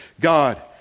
God